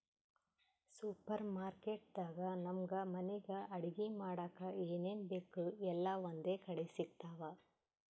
super market ದಾಗ್ ನಮ್ಗ್ ಮನಿಗ್ ಅಡಗಿ ಮಾಡಕ್ಕ್ ಏನೇನ್ ಬೇಕ್ ಎಲ್ಲಾ ಒಂದೇ ಕಡಿ ಸಿಗ್ತಾವ್